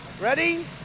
ready